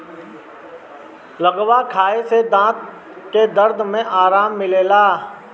लवंग खाए से दांत के दरद में आराम मिलेला